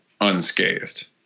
unscathed